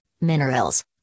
minerals